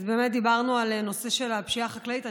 אז באמת דיברנו על הנושא של הפשיעה החקלאית.